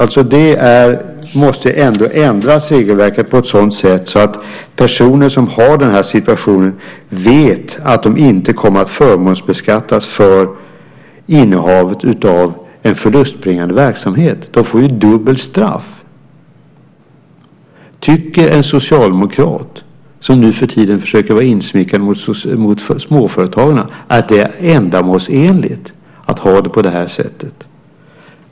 Vi måste ändra regelverket på ett sådant sätt att personer som har den här situationen vet att de inte kommer att förmånsbeskattas för innehavet av förlustbringande verksamhet. De får ju dubbelstraff. Tycker Socialdemokraterna, som nuförtiden försöker vara insmickrande mot småföretagarna, att det är ändamålsenligt att ha det på det här sättet?